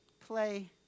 play